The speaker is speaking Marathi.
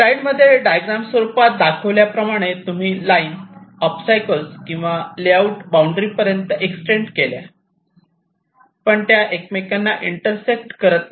स्लाईड मध्ये डायग्राम स्वरूपात दाखवल्याप्रमाणे तुम्ही लाईन ओबस्टॅकल्स किंवा लेआउट बाउंड्री पर्यंत एक्सटेन्ड केल्या पण त्या एकमेकांना इंटरसेक्ट करत नाही